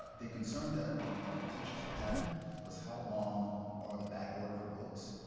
the concern that the teachers were having was how long are the back order for books,